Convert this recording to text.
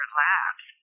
labs